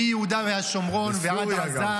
מיהודה והשומרון ועד עזה.